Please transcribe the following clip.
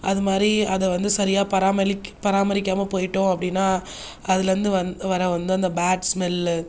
அது மாதிரி அதை வந்து சரியாக பராமரிக்க பராமரிக்காமல் போய்விட்டோம் அப்படின்னா அதில் இருந்து வர வந்து அந்த பேட் ஸ்மெல்லு